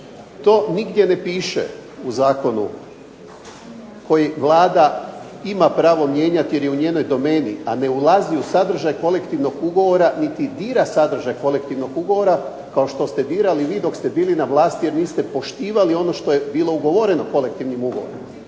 To nigdje ne piše u zakonu koji Vlada ima pravo mijenjati jer je u njenoj domeni, a ne ulazi u sadržaj kolektivnog ugovora niti dira sadržaj kolektivnog ugovora, kao što ste dirali vi kada ste bili na vlasti jer niste poštivali ono što je bilo ugovoreno kolektivnim ugovorom.